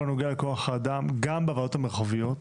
הנוגע בכוח האדם גם בוועדות המרחביות,